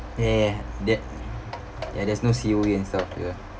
ya that ya there's no C_O_E and stuff uh